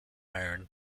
iron